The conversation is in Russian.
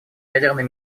ядерной